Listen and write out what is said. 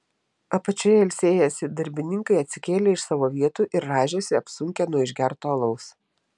apačioje ilsėjęsi darbininkai atsikėlė iš savo vietų ir rąžėsi apsunkę nuo išgerto alaus